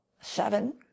seven